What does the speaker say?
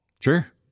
Sure